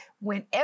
whenever